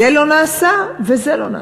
זה לא נעשה וזה לא נעשה.